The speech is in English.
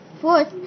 Fourth